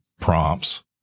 prompts